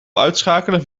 uitschakelen